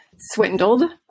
Swindled